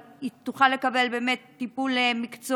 אלא שהיא תוכל באמת לקבל טיפול מקצועי,